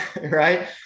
right